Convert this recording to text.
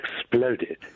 exploded